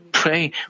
pray